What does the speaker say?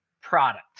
product